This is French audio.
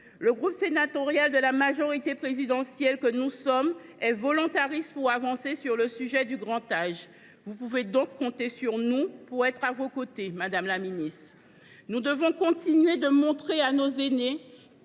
le groupe sénatorial de la majorité présidentielle est volontariste pour avancer sur le sujet du grand âge. Vous pouvez donc compter sur nous pour être à vos côtés, madame la ministre. Nous devons continuer de montrer à nos aînés